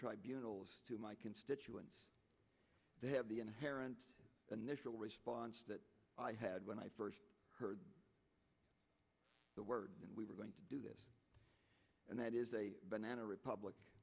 tribunals to my constituents they have the inherent initial response that i had when i first heard the word we were going to do this and that is a banana republic